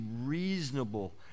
reasonable